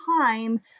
time